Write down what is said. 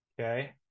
Okay